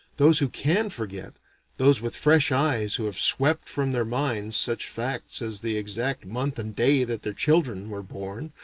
those who can forget those with fresh eyes who have swept from their minds such facts as the exact month and day that their children were born,